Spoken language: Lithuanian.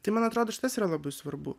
tai man atrodo šitas yra labai svarbu